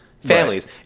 families